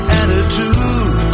attitude